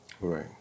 Right